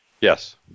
Yes